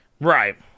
right